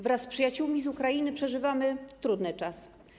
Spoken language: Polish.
Wraz z przyjaciółmi z Ukrainy przeżywamy trudne czasy.